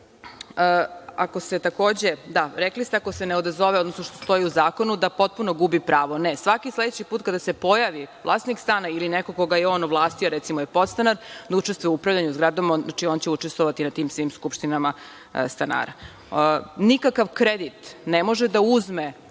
ako se takođe, da rekli ste, ako se ne odazove, odnosno što stoji u Zakonu, da potpuno gubi pravo. Svaki sledeći put kada se pojavi, vlasnik stana ili neko koga je on ovlastio, recimo podstanar, da učestvuje u upravljanju zgradom, znači on će učestvovati na tim svim skupštinama stanara. Nikakav kredit ne može da uzme